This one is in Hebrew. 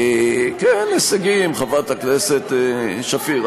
תגיד, כן, הישגים, חברת הכנסת שפיר.